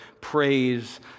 Praise